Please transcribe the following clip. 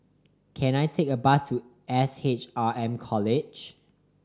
can I take a bus to Ace S H R M College